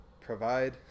provide